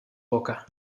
boca